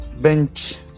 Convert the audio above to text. bench